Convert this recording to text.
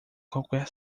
qualquer